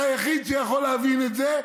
אתה היחיד שיכול להבין את זה,